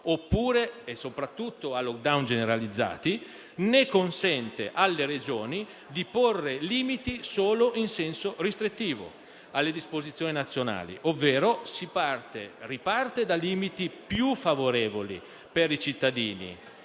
e, soprattutto, a *lockdown* generalizzati, né consente alle Regioni di porre limiti solo in senso restrittivo alle disposizioni nazionali. Si riparte cioè da limiti più favorevoli per i cittadini